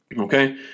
okay